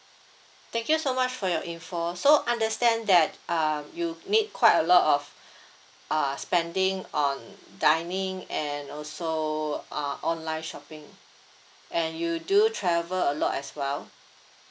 thank you so much for your information so understand that err you made quite a lot of err spending on dining and also uh online shopping and you do travel a lot as well